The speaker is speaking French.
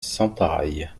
sentaraille